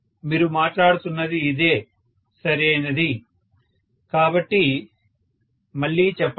మీరు మాట్లాడుతున్నది ఇదే సరియైనది కాబట్టి మళ్ళీ చెప్పండి